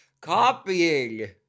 Copying